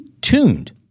tuned